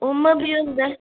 उ'आं बी होंदा ऐ